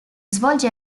svolge